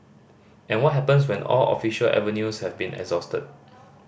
and what happens when all official avenues have been exhausted